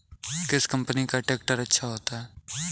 किस कंपनी का ट्रैक्टर अच्छा होता है?